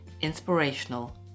inspirational